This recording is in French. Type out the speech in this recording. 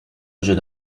jeune